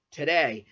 today